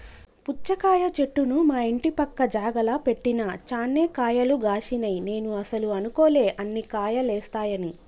పుచ్చకాయ చెట్టును మా ఇంటి పక్క జాగల పెట్టిన చాన్నే కాయలు గాశినై నేను అస్సలు అనుకోలే అన్ని కాయలేస్తాయని